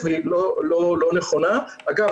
אגב,